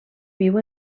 viu